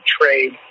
trade